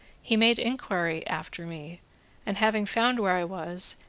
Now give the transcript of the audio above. he made inquiry after me and, having found where i was,